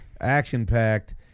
Action-packed